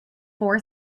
four